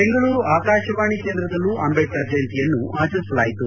ಬೆಂಗಳೂರು ಆಕಾಶವಾಣಿ ಕೇಂದ್ರದಲ್ಲೂ ಅಂದೇಡ್ಕರ್ ಜಯಂತಿಯನ್ನು ಆಚರಿಸಲಾಯಿತು